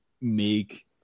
make